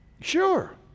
Sure